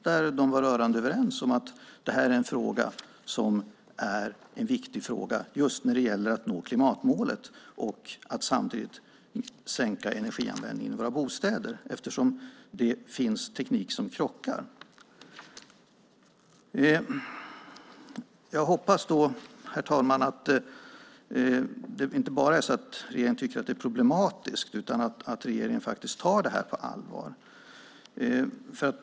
De var rörande överens om att detta är en viktig fråga när det gäller att nå klimatmålet och att samtidigt sänka energianvändningen i våra bostäder eftersom det finns teknik som krockar. Jag hoppas, herr talman, att regeringen inte bara tycker att detta är problematiskt utan tar det på allvar.